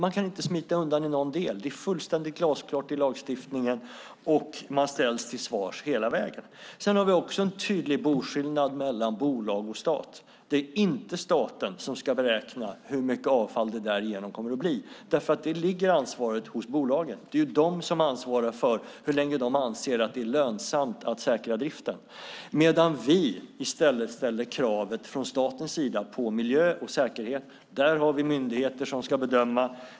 Man kan inte smita undan i någon del. Det är fullständigt glasklart i lagstiftningen. Man ställs till svars hela vägen. Vi har också en tydlig boskillnad mellan bolag och stat. Det är inte staten som ska beräkna hur mycket avfall det kommer att bli. Där ligger ansvaret hos bolagen. Det är de som har ansvaret och avgör hur länge de anser att det är lönsamt att säkra driften. Från statens sida ställer vi krav på miljö och säkerhet. Där har vi myndigheter som ska bedöma.